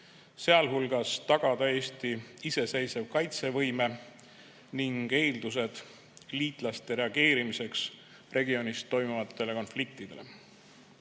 sealhulgas tagada Eesti iseseisev kaitsevõime ning eeldused liitlaste reageerimiseks regioonis toimuvatele konfliktidele.